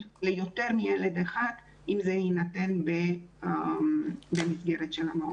ליותר מילד אחד אם זה יינתן במסגרת המעון.